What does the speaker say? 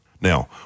Now